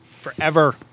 forever